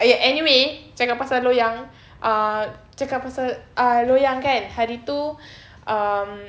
eh anyway cakap pasal loyang ah cakap pasal ah loyang kan hari tu um